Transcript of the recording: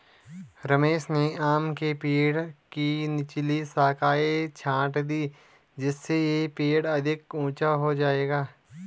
रमेश ने आम के पेड़ की निचली शाखाएं छाँट दीं जिससे यह पेड़ अधिक ऊंचा हो जाएगा